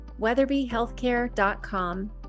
weatherbyhealthcare.com